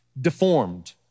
deformed